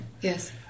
Yes